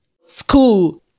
school